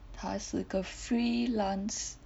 她是个 freelance